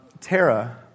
Tara